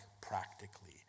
practically